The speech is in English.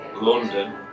London